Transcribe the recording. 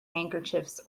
handkerchiefs